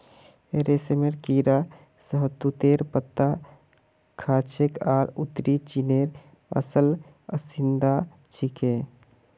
रेशमेर कीड़ा शहतूतेर पत्ता खाछेक आर उत्तरी चीनेर असल बाशिंदा छिके